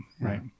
Right